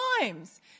times